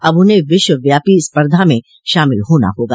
अब उन्हें विश्वव्यापी स्पर्धा में शामिल होना होगा